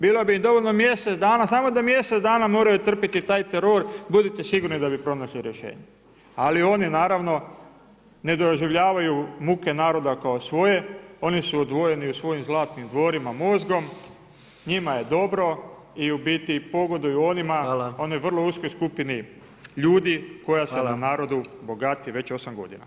Bilo bi im dovoljno mjesece dana, samo da mjesec dana moraju trpiti taj teror, budite sigurni da bi pronašli rješenje, ali oni naravno ne doživljavaju muke naroda kao svoje, oni su odvojeni u svojim zlatnim dvorima mozgom, njima je dobro i u biti pogoduju onoj vrlo uskoj skupini ljudi koja se na narodu bogati već 8 godina.